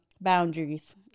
boundaries